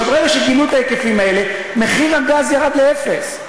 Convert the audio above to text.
ברגע שגילו את ההיקפים האלה מחיר הגז ירד לאפס.